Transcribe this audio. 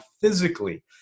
physically